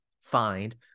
find